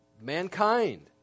mankind